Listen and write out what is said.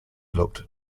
looked